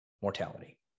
mortality